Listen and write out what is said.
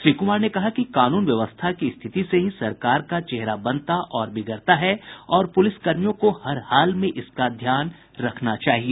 श्री कुमार ने कहा कि कानून व्यवस्था की स्थिति से ही सरकार का चेहरा बनता और बिगड़ता है और पुलिस कर्मियों को हर हाल में इसका ध्यान रखना चाहिए